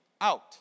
out